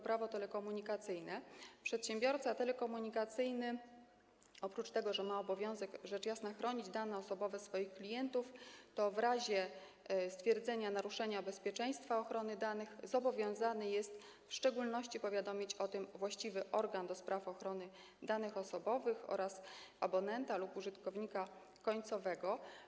Prawo telekomunikacyjne przedsiębiorca telekomunikacyjny oprócz tego, że ma obowiązek, rzecz jasna, chronić dane osobowe swoich klientów, w razie stwierdzenia naruszenia bezpieczeństwa ochrony danych zobowiązany jest w szczególności powiadomić o tym właściwy organ do spraw ochrony danych osobowych oraz abonenta lub użytkownika końcowego.